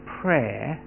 prayer